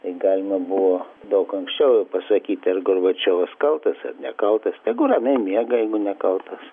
tai galima buvo daug anksčiau jau pasakyta ar gorbačiovas kaltas ar nekaltas tegu ramiai miega jeigu nekaltas